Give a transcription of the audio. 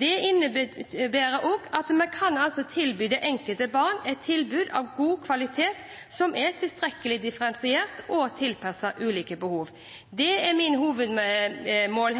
innebærer også at man kan tilby det enkelte barn et tilbud av god kvalitet, som er tilstrekkelig differensiert og tilpasset ulike behov. Det er mitt hovedmål.